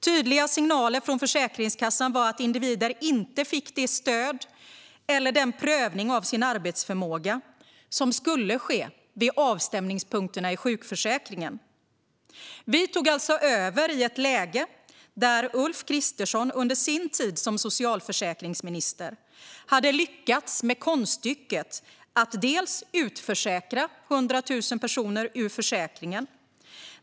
Tydliga signaler från Försäkringskassan var att individer inte fick det stöd eller den prövning av deras arbetsförmåga som skulle ske vid avstämningspunkterna i sjukförsäkringen. Vi tog alltså över i ett läge där Ulf Kristersson under sin tid som socialförsäkringsminister hade lyckats med konststycket att utförsäkra 100 000 personer.